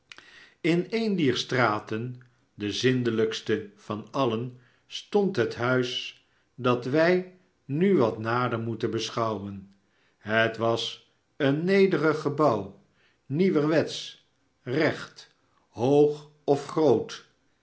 in eene dier straten de zindelijkste van alien stond het huis dat wij nu wat nader moeten beschouwen het was een nederig gebouw nieuwerwetsch recht hoog of groot